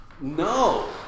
No